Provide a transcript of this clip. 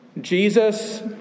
Jesus